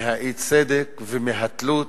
מאי-הצדק ומהתלות.